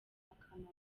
akamaro